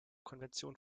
konvention